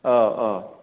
औ औ